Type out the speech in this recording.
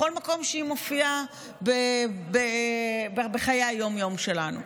בכל מקום שהיא מופיעה בחיי היום-יום שלנו.